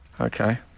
Okay